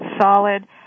solid